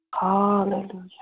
Hallelujah